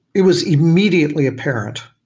it was immediately apparent.